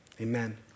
Amen